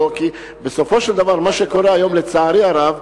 בסופו של דבר, לצערי הרב,